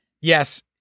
yes